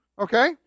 Okay